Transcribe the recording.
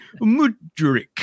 Mudrik